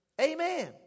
Amen